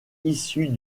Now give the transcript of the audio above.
issus